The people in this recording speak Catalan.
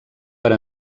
per